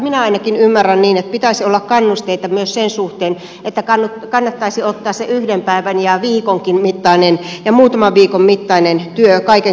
minä ainakin ymmärrän niin että pitäisi olla kannusteita myös sen suhteen että kannattaisi ottaa se yhden päivän ja viikonkin mittainen ja muutaman viikon mittainen työ kaiken kaikkiaan käyttöön